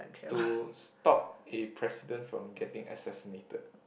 to stop a president from getting assasssinated